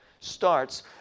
starts